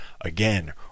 again